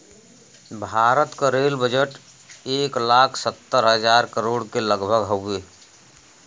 भारत क rail budget एक लाख सत्तर हज़ार करोड़ के लगभग हउवे